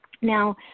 Now